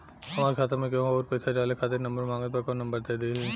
हमार खाता मे केहु आउर पैसा डाले खातिर नंबर मांगत् बा कौन नंबर दे दिही?